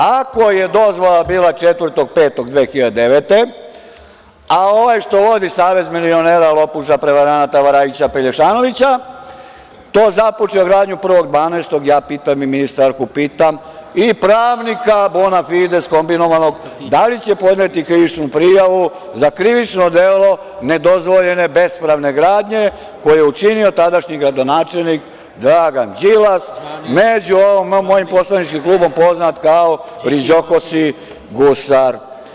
Ako je dozvola bila 4.05.2009. godine, a ovaj što vodi savez milionera, lopuža, prevaranata, varajića, pelješanovića, to započeo gradnju 1.12, ja pitam i ministarku i pravnika „Bonafides“ komibnovanog, da li će podneti krivičnu prijavu za krivično delo nedozvoljene bespravne gradnje, koju je učinio tadašnji gradonačelnik Dragan Đilas, među mojim poslaničkim klubom poznat kao riđokosi gusar.